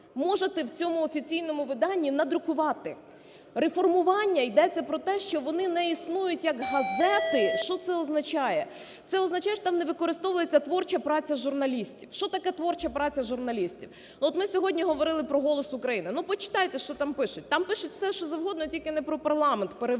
можете в цьому офіційному виданні надрукувати. Реформування, йдеться про те, що вони не існують як газети. Що це означає? Це означає, що там не використовується творча праця журналістів. Що таке творча праця журналістів? От ми сьогодні говорили про "Голос України", почитайте, що там пишуть. Там пишуть все що завгодно, тільки не про парламент переважно.